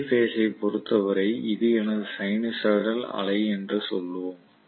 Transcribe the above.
A phase ஐ பொருத்தவரை இது எனது சைனூசாய்டல் அலை என்று சொல்வோம்